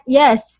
yes